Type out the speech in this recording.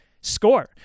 score